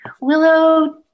Willow